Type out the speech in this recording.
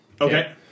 Okay